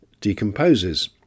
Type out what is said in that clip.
decomposes